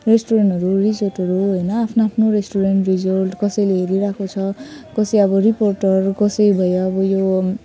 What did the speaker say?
रेस्टुरेन्टहरू रिसोर्टहरू होइन आफ्नो आफ्नो रेस्टुरेन्ट रिजोर्ट कसैले हेरिरहेको छ कसै अब रिपोर्टर कसै भयो अब यो